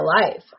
life